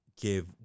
give